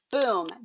boom